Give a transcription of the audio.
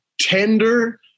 tender